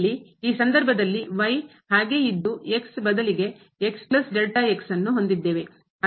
ಇಲ್ಲಿ ಈ ಸಂದರ್ಭದಲ್ಲಿ ಹಾಗೆ ಇದ್ದು ಬದಲಿಗೆ ಅನ್ನು ಹೊಂದಿದ್ದೇವೆ